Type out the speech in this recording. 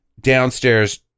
downstairs